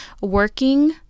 working